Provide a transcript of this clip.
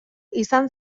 izan